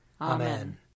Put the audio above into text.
Amen